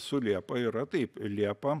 su liepa yra taip liepa